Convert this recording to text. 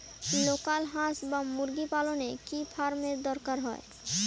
Local হাস বা মুরগি পালনে কি ফার্ম এর দরকার হয়?